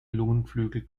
lungenflügel